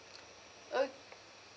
uh